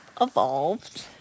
evolved